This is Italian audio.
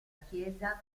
chiesa